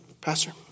Pastor